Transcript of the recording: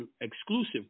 exclusive